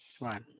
right